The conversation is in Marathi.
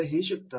हे शिकतात